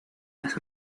las